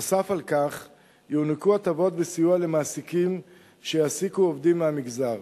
נוסף על כך יוענקו הטבות וסיוע למעסיקים שיעסיקו עובדים מהמגזר,